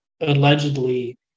allegedly